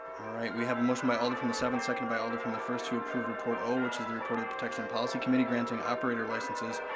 alright, we have a motion by alder from the seventh, second by alder from the first to approve report o which is the report of the protection and policy committee granting operator licenses.